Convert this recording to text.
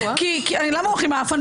למה הוא הכי "מעאפן"?